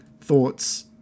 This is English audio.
thoughts